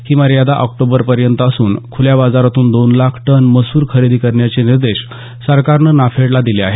ही मर्यादा ऑक्टोबरपर्यंत असून खुल्या बाजारातून दोन लाख टन मसूर खरेदी करण्याचे निर्देश सरकारनं नाफेडला दिले आहेत